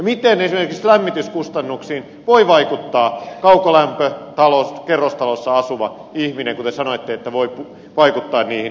miten esimerkiksi lämmityskustannuksiin voi vaikuttaa kaukolämpökerrostalossa asuva ihminen kun te sanoitte että voi vaikuttaa niihin